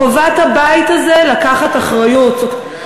חובת הבית הזה לקחת אחריות,